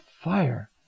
fire